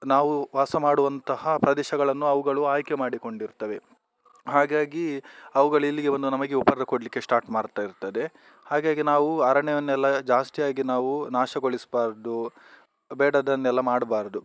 ನಾವು ವಾಸ ಮಾಡುವಂತಹ ಪ್ರದೇಶಗಳನ್ನು ಅವುಗಳು ಆಯ್ಕೆ ಮಾಡಿಕೊಂಡಿರ್ತವೆ ಹಾಗಾಗಿ ಅವುಗಳು ಇಲ್ಲಿಗೆ ಬಂದು ನಮಗೆ ಉಪದ್ರವ ಕೊಡಲಿಕ್ಕೆ ಸ್ಟಾರ್ಟ್ ಮಾಡ್ತಾಯಿರ್ತದೆ ಹಾಗಾಗಿ ನಾವು ಅರಣ್ಯವನ್ನೆಲ್ಲ ಜಾಸ್ತಿಯಾಗಿ ನಾವು ನಾಶಗೊಳಿಸ್ಬಾರ್ದು ಬೇಡದ್ದನ್ನೆಲ್ಲ ಮಾಡಬಾರ್ದು